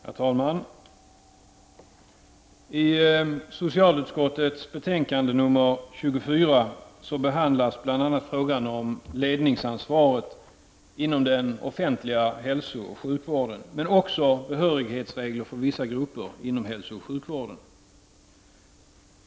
Herr talman! I socialutskottets betänkande nr 24 behandlas bl.a. frågan om ledningsansvaret inom den offentliga hälsooch sjukvården men också behörighetsregler för vissa grupper inom hälsooch sjukvården.